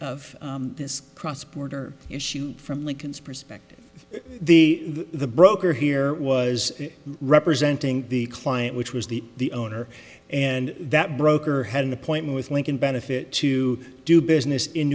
of this cross border issue from lincoln's perspective the the broker here was representing the client which was the owner and that broker had an appointment with lincoln benefit to do business in